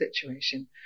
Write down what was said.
situation